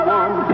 one